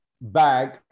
bag